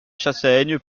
chassaigne